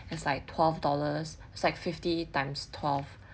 it's like twelve dollars so its like fifty times twelve